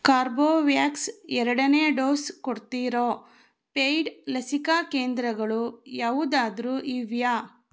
ಕಾರ್ಬೋವ್ಯಾಕ್ಸ್ ಎರಡನೇ ಡೋಸ್ ಕೊಡ್ತಿರೋ ಪೇಯ್ಡ್ ಲಸಿಕಾ ಕೇಂದ್ರಗಳು ಯಾವುದಾದರೂ ಇವೆಯಾ